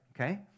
okay